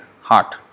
heart